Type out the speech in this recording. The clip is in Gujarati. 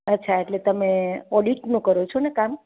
અચ્છા એટલે તમે ઓડિટનું કરો છો ને કામ